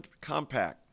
Compact